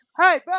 Hey